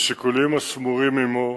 משיקולים השמורים עמו,